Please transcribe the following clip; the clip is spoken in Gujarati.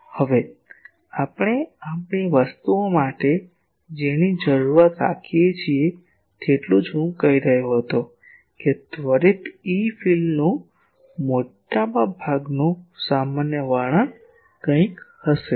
હવે આપણે આપણી વસ્તુઓ માટે જેની જરૂરિયાત રાખીએ છીએ તેટલું જ હું કહી રહ્યો હતો કે ત્વરિત ઇ ફીલ્ડનું મોટાભાગનું સામાન્ય વર્ણન કંઈક હશે